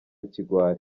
ikigwari